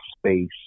space